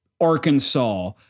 Arkansas